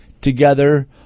together